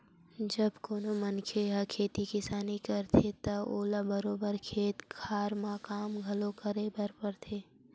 जब कोनो मनखे ह खेती किसानी करथे त ओला बरोबर खेत खार म काम घलो करे बर परथे